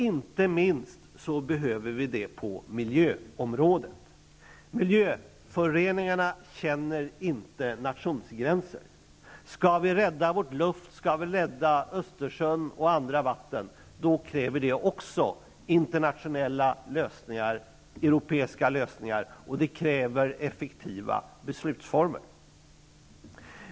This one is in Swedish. Inte minst behöver vi det på miljöområdet. Miljöföroreningarna känner inte nationsgränser. Skall vi rädda vår luft, skall vi rädda Östersjön och andra vatten, kräver det också internationella lösningar, europeiska lösningar, och det kräver effektiva beslutsformer.